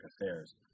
affairs